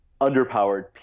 underpowered